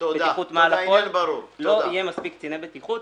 לא יהיו מספיק קציני בטיחות.